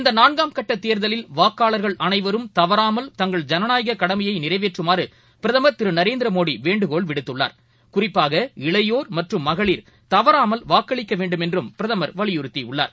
இந்தநான்காம் கட்டதேர்தலில் வாக்காளர்கள் அனைவரும் தவறாமல் தங்கள் கடமையைநிறைவேற்றுமாறுபிரதமர் ஐனநாயகக் திருநரேந்திரமோடிவேண்டுகோள் விடுத்துள்ளாா் இளையோர் குறிப்பாக மற்றும் மகளிர் தவறாமல் வாக்களிக்கவேண்டுமென்றும் பிரதமர் வலியுறுத்தியுள்ளார்